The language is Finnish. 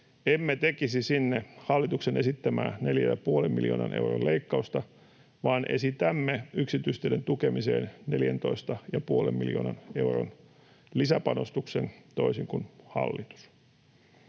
Emme tekisi sinne hallituksen esittämää neljän ja puolen miljoonan euron leikkausta, vaan esitämme yksityisteiden tukemiseen neljäntoista ja puolen miljoonan euron lisäpanostuksen, toisin kuin hallitus.